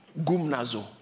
gumnazo